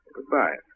Goodbye